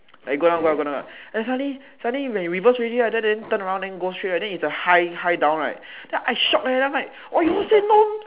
like go down go down go down then suddenly suddenly when you reverse already right then turn around then go straight right then is the high high down right then I shocked I'm like !wah! you all say no no